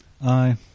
Aye